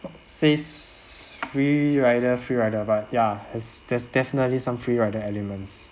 says free rider free rider but ya there's there's definitely some free rider elements